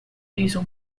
diesel